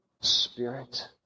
spirit